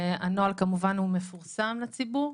הנוהל כמובן הוא מפורסם לציבור.